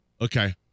Okay